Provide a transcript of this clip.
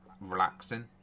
relaxing